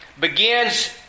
begins